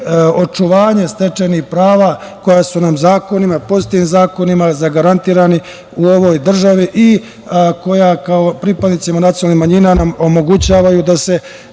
očuvanje stečenih prava koja su nam pozitivnim zakonima zagarantovana u ovoj državi i koja kao pripadnicima nacionalne manjine nam omogućavaju da se